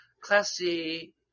Classy